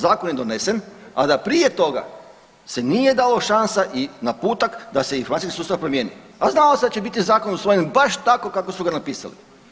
Zakon je donesen, a da prije toga se nije dalo šansa i naputak da se informacijski sustav promijeni, a znalo se da će biti zakon usvojen baš tako kako su ga napisali.